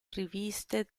riviste